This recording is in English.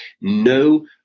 no